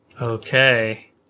Okay